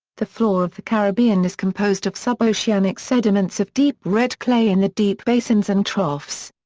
the floor of the caribbean is composed of sub-oceanic sediments of deep red clay in the deep basins and troughs.